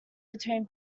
between